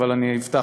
אבל אני אפתח,